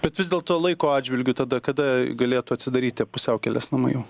bet vis dėlto laiko atžvilgiu tada kada galėtų atsidaryti pusiaukelės namai jau